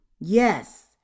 Yes